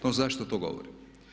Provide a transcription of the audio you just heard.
No zašto to govorim?